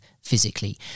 physically